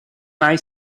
mai